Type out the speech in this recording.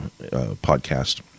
podcast